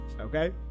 Okay